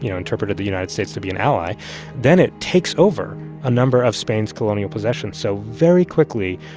you know interpreted the united states to be an ally then it takes over a number of spain's colonial possessions. so very quickly,